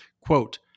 quote